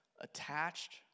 attached